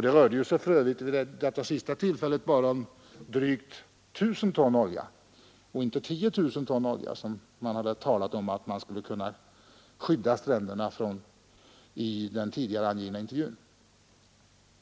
Det rörde sig vid detta tillfälle för övrigt bara om drygt 1 000 ton olja och inte om 10 000 ton, som man i intervjun uppgav att man skulle kunna skydda stränderna mot.